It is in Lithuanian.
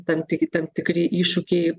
tam tik tam tikri iššūkiai